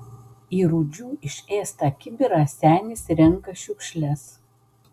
į rūdžių išėstą kibirą senis renka šiukšles